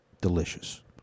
Delicious